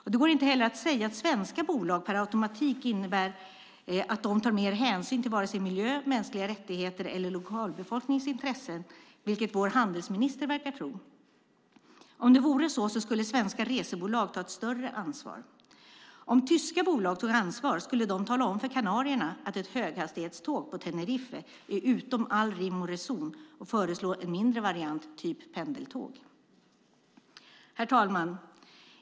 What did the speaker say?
Det går inte heller att säga att svenska bolag per automatik tar mer hänsyn till vare sig miljö, mänskliga rättigheter eller lokalbefolknings intressen, vilket vår handelsminister verkar tro. Om det vore så skulle svenska resebolag ta ett större ansvar. Om tyska bolag tog ansvar skulle de tala om för kanarierna att ett höghastighetståg på Tenerife är utom all rim och reson och föreslå en mindre variant, typ pendeltåg. Herr talman!